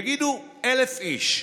יגידו: 1,000 איש.